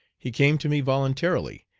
he came to me voluntarily,